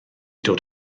dod